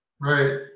Right